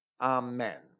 Amen